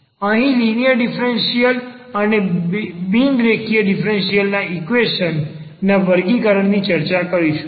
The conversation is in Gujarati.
અહીં લિનિયર ડીફરન્સીયલ અને બિનરેખીય ડીફરન્સીયલ ના ઈક્વેશન ના વર્ગીકરણ ની ચર્ચા કરીશું